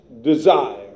desire